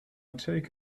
take